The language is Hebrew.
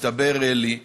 הסתבר לי,